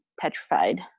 petrified